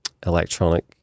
electronic